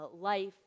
life